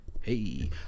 Hey